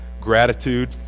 gratitude